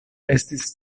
estis